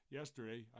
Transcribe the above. Yesterday